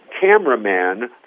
cameraman